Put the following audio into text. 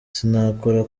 sinakora